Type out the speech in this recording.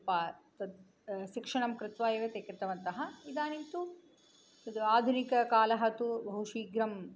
पा तद् शिक्षणं कृत्वा एव ते कृतवन्तः इदानीं तु तत् आधुनिककालः तु बहु शीघ्रम्